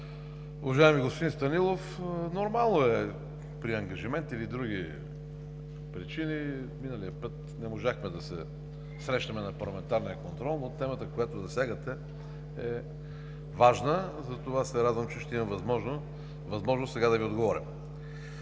Уважаеми господин Станилов, нормално е при ангажимент или други причини – миналия път не можахме да се срещнем на парламентарния контрол, но темата, която засягате, е важна. Затова се радвам, че ще имам възможност сега да Ви отговоря.